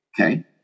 Okay